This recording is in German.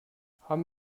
haben